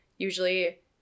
Usually